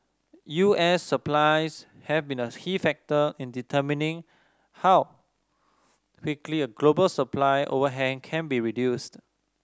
U S supplies have been a key factor in determining how quickly a global supply overhang can be reduced